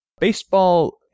baseball